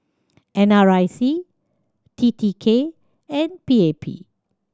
N R I C T T K and P A P